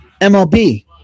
MLB